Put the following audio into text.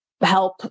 help